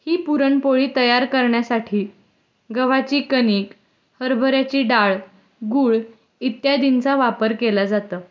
ही पुरणपोळी तयार करण्यासाठी गव्हाची कणीक हरभऱ्याची डाळ गूळ इत्यादींचा वापर केला जातं